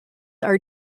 are